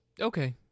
Okay